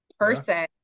person